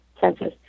census